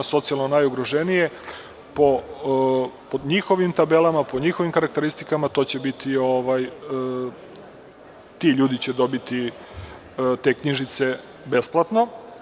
Socijalno najugroženiji po njihovim tabelama, po njihovim karakteristikama će dobiti te knjižice besplatno.